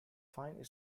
fine